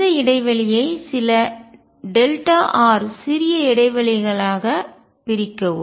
இந்த இடைவெளியை சில r சிறிய இடைவெளிகளாக பிரிக்கவும்